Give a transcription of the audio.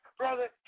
brother